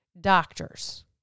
doctors